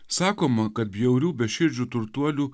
sakoma kad bjaurių beširdžių turtuolių